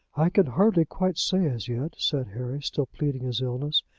i can hardly quite say as yet, said harry, still pleading his illness.